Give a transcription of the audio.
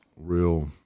real